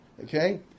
Okay